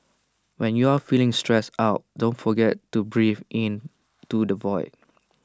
when you are feeling stressed out don't forget to breathe into the void